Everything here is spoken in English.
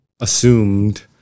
assumed